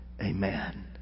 Amen